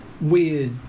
weird